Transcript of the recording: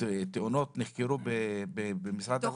תאונות נחקרו במשרד העבודה.